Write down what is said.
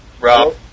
Rob